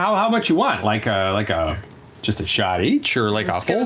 how how much you want? like ah like ah just a shot each or, like, um